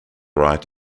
right